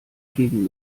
gegen